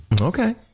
Okay